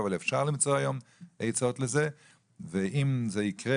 אבל אפשר למצוא היום עצות לזה ואם זה ייקרה